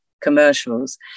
commercials